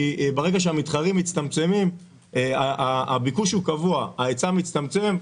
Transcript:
ברגע שהביקוש הוא קבוע וההיצע מצטמצם,